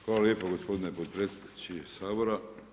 Hvala lijepo gospodine potpredsjedniče Sabora.